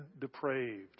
depraved